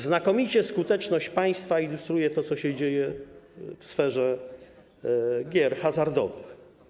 Znakomicie skuteczność państwa ilustruje to, co się dzieje w sferze gier hazardowych.